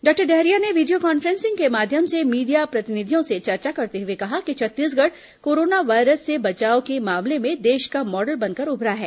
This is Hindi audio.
डॉक्टर डहरिया ने वीडियो कॉन्फ्रेंसिंग के माध्यम से मीडिया प्रतिनिधियों से चर्चा करते हुए कहा कि छत्तीसगढ़ कोरोना वायरस से बचाव के मामले में देश का मॉडल बनकर उभरा है